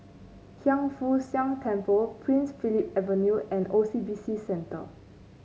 Hiang Foo Siang Temple Prince Philip Avenue and O C B C Center